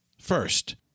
First